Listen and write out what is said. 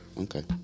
okay